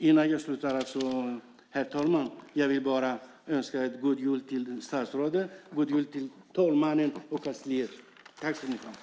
Innan jag avslutar vill jag bara önska statsrådet, talmannen och kansliet en god jul.